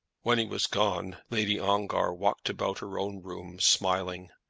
when he was gone lady ongar walked about her own room smiling,